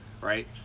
Right